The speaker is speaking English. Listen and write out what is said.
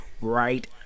right